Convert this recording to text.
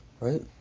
Right